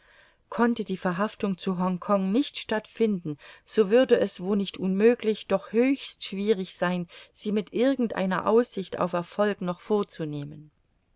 konnte die verhaftung zu hongkong nicht stattfinden so würde es wo nicht unmöglich doch höchst schwierig sein sie mit irgend einer aussicht auf erfolg noch vorzunehmen